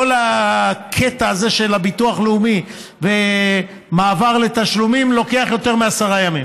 כל הקטע הזה של הביטוח הלאומי והמעבר לתשלומים לוקח יותר מעשרה ימים.